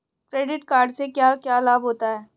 Credit card से क्या क्या लाभ होता है?